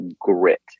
grit